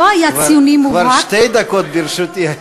כבר שתי דקות ברשותי.